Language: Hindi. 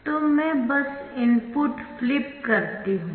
तो मैं बस इनपुट फ्लिप करती हूं